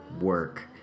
work